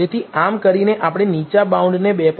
તેથી આમ કરીને આપણે નીચા બાઉન્ડને 2